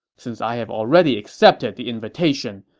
since i have already accepted the invitation,